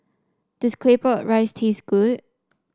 does Claypot Rice taste good